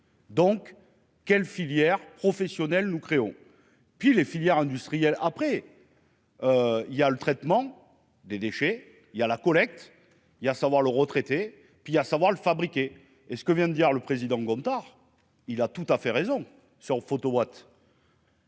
donc quelle filière professionnelle nous créons puis les filières industrielles, après il y a le traitement des déchets, il y a la collecte il savoir le retraité, puis, à savoir le fabriquer et ce que vient de dire le président Gontard, il a tout à fait raison son Photowatt.